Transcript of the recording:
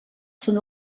són